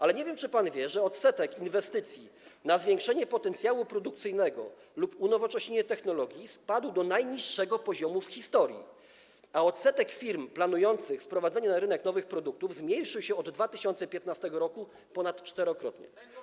Ale nie wiem, czy pan wie, że odsetek inwestycji na rzecz zwiększenia potencjału produkcyjnego lub unowocześnienia technologii spadł do najniższego poziomu w historii, a odsetek firm planujących wprowadzenie na rynek nowych produktów zmniejszył się od 2015 r. ponadczterokrotnie.